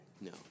No